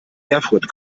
erfurt